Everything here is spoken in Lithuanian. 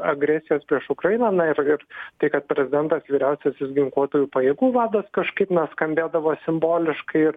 agresijos prieš ukrainą na ir ir tai kad prezidentas vyriausiasis ginkluotųjų pajėgų vadas kažkaip na skambėdavo simboliškai